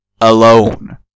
Alone